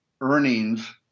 earnings